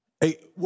Hey